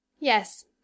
Yes